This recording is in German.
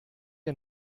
ihr